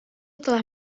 telah